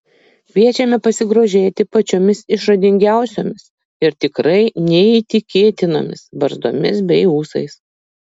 kviečiame pasigrožėti pačiomis išradingiausiomis ir tikrai neįtikėtinomis barzdomis bei ūsais